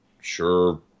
sure